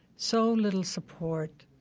so little support,